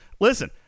Listen